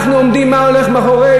אנחנו יודעים מה הולך מאחורי,